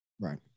Right